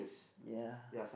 ya